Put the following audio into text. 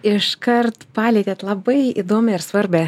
iškart palietėt labai įdomią ir svarbią